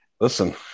listen